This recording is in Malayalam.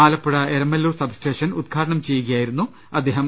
ആലപ്പുഴ എരമല്ലൂർ സബ് സ്റ്റേഷൻ ഉദ്ഘാടനം ചെയ്യുകയായിരുന്നു മന്ത്രി